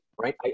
right